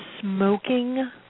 smoking